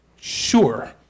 sure